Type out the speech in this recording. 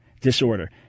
disorder